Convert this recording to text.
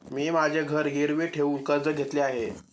मी माझे घर गिरवी ठेवून कर्ज घेतले आहे